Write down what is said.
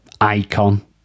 icon